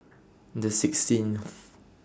The sixteenth